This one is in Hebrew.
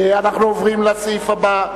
אנחנו עוברים לסעיף הבא: